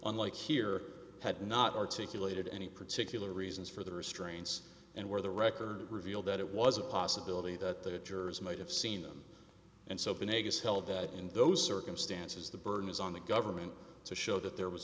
unlike here had not articulated any particular reasons for the restraints and where the record revealed that it was a possibility that the jurors might have seen them and soap a negative help that in those circumstances the burden is on the government to show that there was